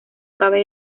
cabe